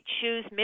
choose